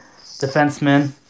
defenseman